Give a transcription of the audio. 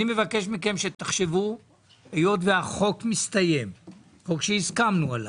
היות והחוק שהסכמנו עליו,